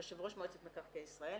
יו"ר מועצת מקרקעי ישראל